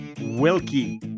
Wilkie